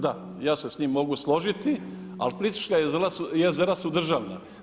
Da ja se s njim mogu složiti, ali Plitvička jezera su državna.